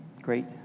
great